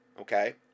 okay